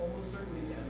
certainly